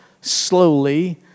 slowly